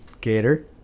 Gator